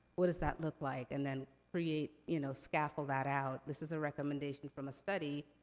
what does that look like? and then, create, you know scaffold that out. this is a recommendation from a study,